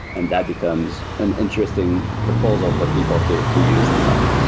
and that becomes an interesting proposal for people to to use and run.